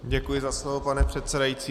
Děkuji za slovo, pane předsedající.